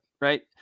right